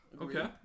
Okay